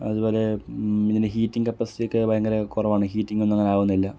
അതുപോലെ ഇതിന് heating capacity ഒക്കെ ഭയങ്കര കുറവാണ് ഹീറ്റിങ് ഒന്നും അങ്ങനെ ആവുന്നില്ല